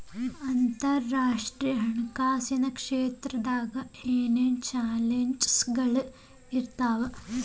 ಅಂತರರಾಷ್ಟ್ರೇಯ ಹಣಕಾಸಿನ್ ಕ್ಷೇತ್ರದಾಗ ಏನೇನ್ ಚಾಲೆಂಜಸ್ಗಳ ಇರ್ತಾವ